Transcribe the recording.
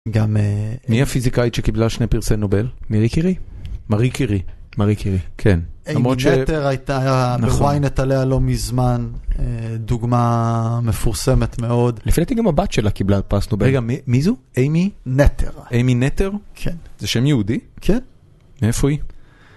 גם מי הפיזיקאית שקיבלה שני פרסי נובל? מארי קירי. מארי קירי, מארי קירי, כן. אימי נתר הייתה, ב-ynet עליה לא מזמן, דוגמה מפורסמת מאוד. לפי דעתי גם הבת שלה קיבלה פרס נובל. רגע, מי זו? אמי נתר. אמי נתר? כן. זה שם יהודי? כן. מאיפה היא?